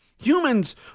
Humans